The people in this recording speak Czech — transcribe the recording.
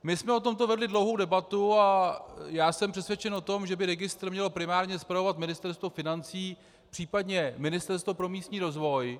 My jsme o tomto vedli dlouhou debatu a já jsem přesvědčen o tom, že by registr mělo primárně spravovat Ministerstvo financí, případně Ministerstvo pro místní rozvoj.